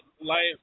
life